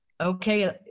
okay